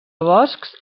boscs